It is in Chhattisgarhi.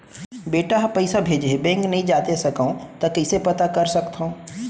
बेटा ह पइसा भेजे हे बैंक नई जाथे सकंव त कइसे पता कर सकथव?